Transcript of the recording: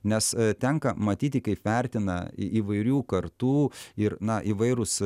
nes tenka matyti kaip vertina įvairių kartų ir na įvairūs